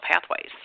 pathways